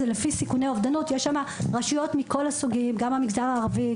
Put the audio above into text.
יש שם רשויות מכל הסוגים: מהמגזר הערבי,